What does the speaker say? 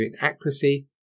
inaccuracy